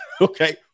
okay